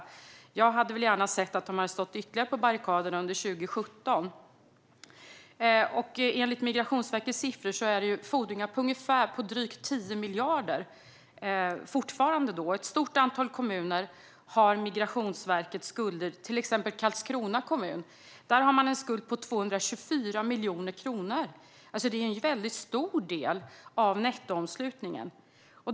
Jag hade väl gärna sett att de hade stått ytterligare på barrikaderna under 2017. Enligt Migrationsverkets siffror finns det fortfarande fordringar på drygt 10 miljarder. Migrationsverket har skulder till ett stort antal kommuner. Det har till exempel en skuld till Karlskrona kommun på 224 miljoner kronor. Det är en väldigt stor del av nettoomslutningen.